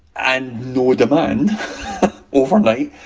and no demand overnight.